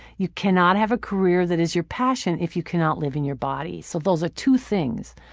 you can not have a career that is your passion if you can not live in your body. so those are two things.